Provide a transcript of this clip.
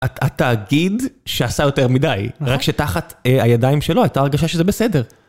התאגיד שעשה יותר מדי, רק שתחת הידיים שלו את היתה הרגשה שזה בסדר.